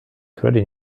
credit